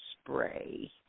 spray